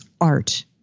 art